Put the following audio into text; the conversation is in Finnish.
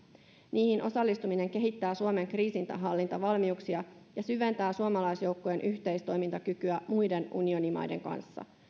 niihin osallistuminen kehittää suomen kriisinhallintavalmiuksia ja syventää suomalaisjoukkojen yhteistoimintakykyä muiden unionimaiden kanssa